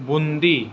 boondi